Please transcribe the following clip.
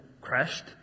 crashed